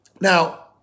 Now